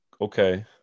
Okay